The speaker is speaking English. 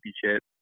championship